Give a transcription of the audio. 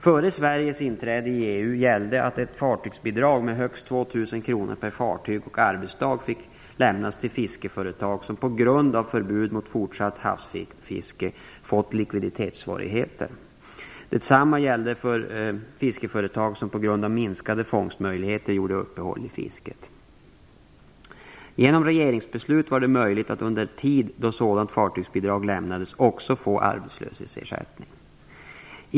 Före Sveriges inträde i EU gällde att ett fartygsbidrag med högst 2 000 kr per fartyg och arbetsdag fick lämnas till fiskeföretag som på grund av förbud mot fortsatt havsfiske fått likvidetssvårigheter. Detsamma gällde för fiskeföretag som på grund av minskade fångstmöjligheter gjorde uppehåll i fisket. Genom regeringsbeslut var det möjligt att under tid då sådant fartygsbidrag lämnades också få arbetslöshetsersättning.